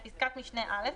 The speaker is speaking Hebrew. בפסקת משנה (א),